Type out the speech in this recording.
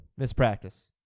mispractice